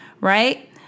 right